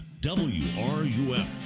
WRUF